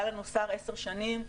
היה לנו שר עשר שנים,